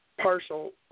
partial